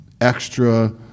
extra